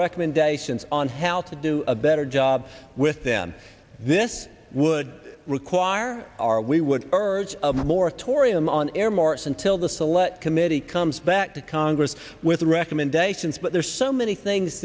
recommendations on how to do a better job with them this would require are we would urge a moratorium on earmarks until the select committee comes back to congress with recommendations but there's so many things